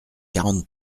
quarante